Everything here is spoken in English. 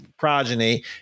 Progeny